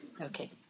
Okay